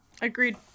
agreed